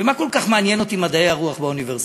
ומה כל כך מעניין אותי מדעי הרוח באוניברסיטאות?